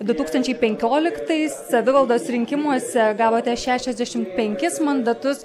du tūkstančiai penkioliktais savivaldos rinkimuose gavote šešiasdešimt penkis mandatus